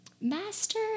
master